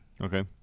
Okay